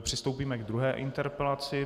Přistoupíme k druhé interpelaci.